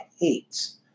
hates